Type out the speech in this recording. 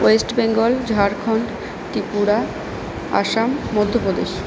West Bengal Jharkhand Tripura Assam Madhya Pradesh